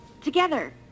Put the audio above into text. together